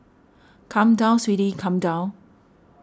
come down sweetie come down